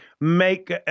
make